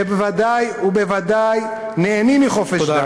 שוודאי וודאי נהנים מחופש דת,